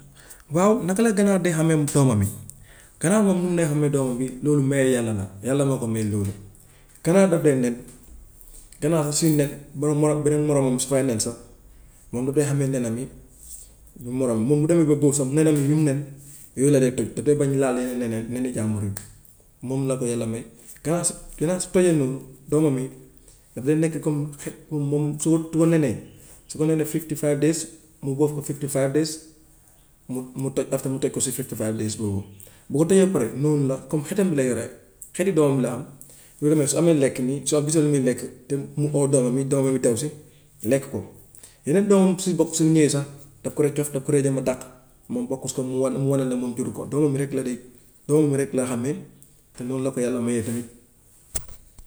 Waaw naka la ganaar di xàmmeem doomam yi ganaar moom num nee xàmmeem doomam bi loolu mayu yàlla la yàlla moo ko may loolu. Ganaar daf dee nen ganaar sax suy nen beneen beneen moromam su fay nen sax moom dafay xàmme nenam yi. Moom moom bu demee ba bóof sax nenam yi yu mu nen yooyu la dee toj dafay bañ laal neneen nenu jàmbur yi moom la ko yàlla may. Ganaar su ganaar su tojee noonu doomam yi dafay nekk comme xet moom su su ko nenee su ko nenee fifty five days mu bóof ko fifty five days mu toj après mu toj ko ci fifty five days boobu bu ko tojee ba pare noonu la comme xetam bi la yore xetu doomam la am noonu nag su amee lekk nii su gisee lu muy lekk te mu oo doomam yi doomam yi daw si lekk ko. Yeneen doom si bokk suñ ñëwee sax daf koy cof daf kou jéem a dàq moom bokku si comme mu wane mu wane ne moom juru ko doomam yi rek la di doomaam yi rek la xàmme te noonu la ko yàlla mayee tamit.